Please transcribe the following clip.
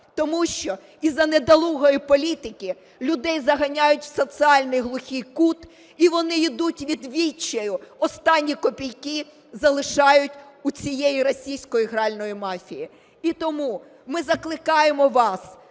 тому що із-за недолугої політики людей заганяють в соціальний глухий кут і вони ідуть від відчаю, останні копійки залишають у цієї російської гральної мафії. І тому ми закликаємо вас